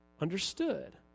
understood